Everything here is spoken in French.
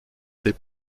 ses